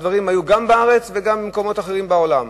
הדברים היו גם בארץ וגם במקומות אחרים בעולם.